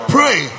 Pray